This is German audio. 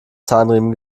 zahnriemen